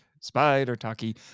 Spider-Taki